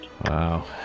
Wow